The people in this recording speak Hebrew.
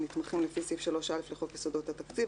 הנתמכים לפי סעיף 3א לחוק יסודות התקציב,